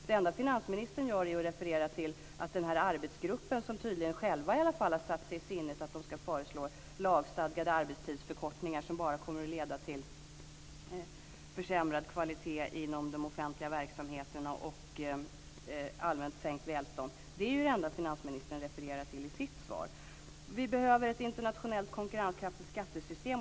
Det enda finansministern gör är att referera till en arbetsgrupp, som själv tydligen har satt sig i sinnet att man ska föreslå lagstadgade arbetstidsförkortningar som bara kommer att leda till försämrad kvalitet inom de offentliga verksamheterna och allmänt sänkt välstånd. Det är det enda finansministern refererar till i sitt svar. Vi behöver ett internationellt konkurrenskraftigt skattesystem.